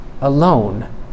alone